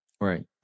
Right